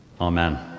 Amen